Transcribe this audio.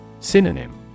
Synonym